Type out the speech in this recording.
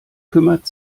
kümmert